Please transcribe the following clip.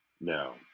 no